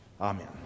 Amen